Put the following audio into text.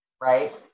right